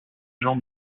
gens